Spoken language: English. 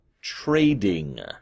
trading